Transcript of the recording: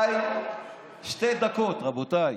שתי דקות, רבותיי.